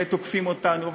ותוקפים אותנו,